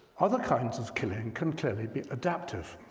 other kinds of killing can clearly be adaptive.